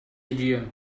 year